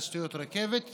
תשתיות רכבת,